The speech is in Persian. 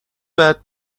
باید